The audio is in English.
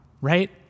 right